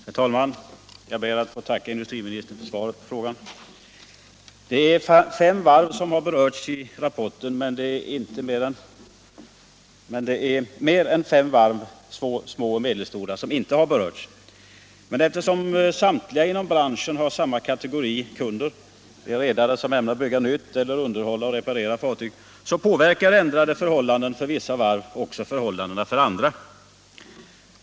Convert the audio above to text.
Herr talman! Jag ber att få tacka industriministern för svaret på min fråga. Det är fem varv som har berörts i analysgruppens rapport, men det är mer än fem varv — små och medelstora — som inte har berörts. Eftersom samtliga varv inom branschen har samma kategori av kunder - redare som ämnar bygga nytt eller underhålla och reparera fartyg — påverkar ändrade förhållanden för vissa varv också förhållandena för andra.